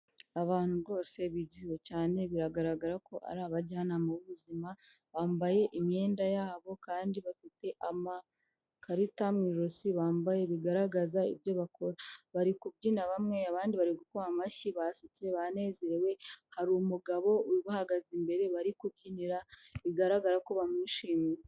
Abantu rwose bizihiwe cyane biragaragara ko ari abajyanama b'ubuzima, bambaye imyenda yabo kandi bafite amakarita mu ijosi bambaye bigaragaza ibyo bakora, bari kubyina bamwe abandi bari gukoma amashyi basetse banezerewe, hari umugabo ubahagaze imbere bari kubyinira bigaragara ko bamwishimiye.